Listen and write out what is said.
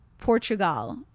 Portugal